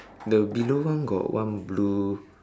the below one got one blue